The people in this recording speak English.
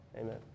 Amen